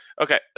Okay